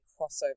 crossover